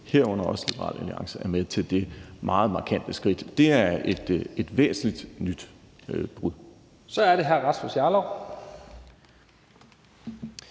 herunder også Liberal Alliance, er med til det meget markante skridt. Det er et væsentligt nyt brud. Kl. 09:13 Første næstformand